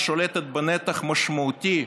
חברה השולטת בנתח משמעותי